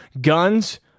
guns